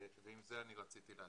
ועם זה אני רציתי להתחיל.